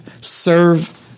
serve